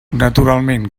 naturalment